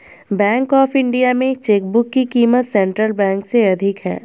bank of India में chequebook की क़ीमत सेंट्रल बैंक से अधिक है